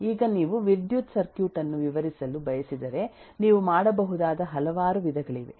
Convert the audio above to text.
ಈಗ ನೀವು ವಿದ್ಯುತ್ ಸರ್ಕ್ಯೂಟ್ ಅನ್ನು ವಿವರಿಸಲು ಬಯಸಿದರೆ ನೀವು ಮಾಡಬಹುದಾದ ಹಲವಾರು ವಿಧಗಳಿವೆ